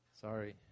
Sorry